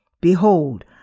Behold